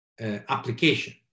application